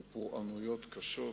ויקי".